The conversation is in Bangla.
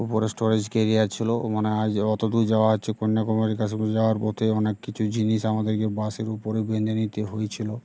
উপরে স্টোরেজ কেরিয়ার ছিল মানে আজ অতদূর যাওয়া হচ্ছে কন্যাকুমারী কাশ্মীর যাওয়ার পথে অনেক কিছু জিনিস আমাদেরকে বাসের উপরে বেঁধে নিতে হয়েছিলো